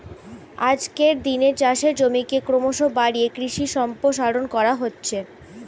আজকের দিনে চাষের জমিকে ক্রমশ বাড়িয়ে কৃষি সম্প্রসারণ করা হচ্ছে